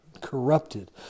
corrupted